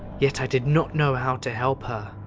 yet, i did not know how to help her.